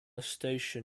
station